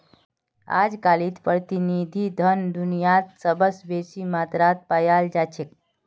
अजकालित प्रतिनिधि धन दुनियात सबस बेसी मात्रात पायाल जा छेक